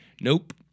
nope